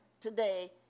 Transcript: today